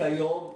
כיום,